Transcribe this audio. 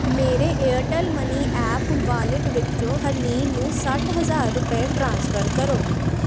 ਮੇਰੇ Airtel money app wallet ਵਿੱਚੋਂ ਹਰਲੀਨ ਨੂੰ ਸੱਠ ਹਜ਼ਾਰ ਰੁਪਏ ਟ੍ਰਾਂਸਫਰ ਕਰੋ